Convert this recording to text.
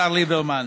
השר ליברמן,